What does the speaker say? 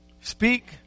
speak